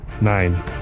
Nine